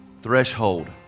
Threshold